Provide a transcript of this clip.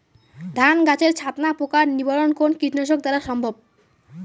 ধান গাছের ছাতনা পোকার নিবারণ কোন কীটনাশক দ্বারা সম্ভব?